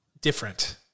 different